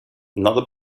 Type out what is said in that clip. another